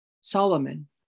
Solomon